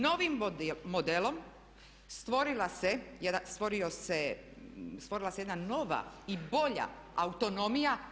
Novim modelom stvorila se jedna nova i bolja autonomija.